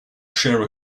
share